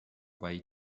way